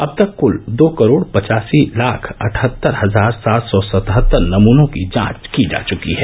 अब तक कुल दो करोड़ पचासी लाख अठहत्तर हजार सात सौ सतहत्तर नमूनों की जांच की जा चुकी है